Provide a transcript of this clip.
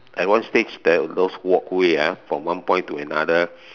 at one stage there is those walkway ah from one point to another